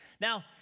Now